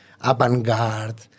avant-garde